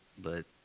but